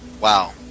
Wow